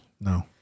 No